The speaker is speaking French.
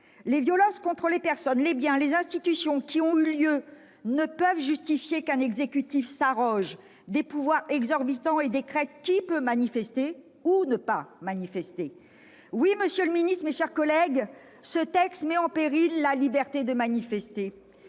Les violences contre les personnes, les biens, les institutions qui ont eu lieu ne peuvent justifier qu'un exécutif s'arroge des pouvoirs exorbitants et décrète qui peut ou ne peut pas manifester. » Il ne s'agit pas de cela ! Oui, monsieur le ministre, mes chers collègues, la proposition de loi met en péril la liberté de manifester